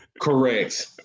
Correct